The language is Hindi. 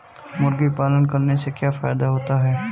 मुर्गी पालन करने से क्या फायदा होता है?